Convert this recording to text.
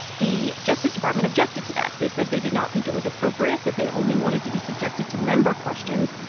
the justice department objected to that. they said they did not think it was appropriate, that they only wanted to be subjected to member questions.